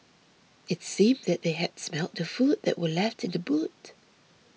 it seemed that they had smelt the food that were left in the boot